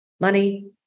money